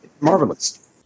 marvelous